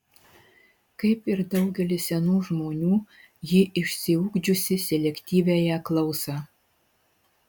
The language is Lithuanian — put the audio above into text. kaip ir daugelis senų žmonių ji išsiugdžiusi selektyviąją klausą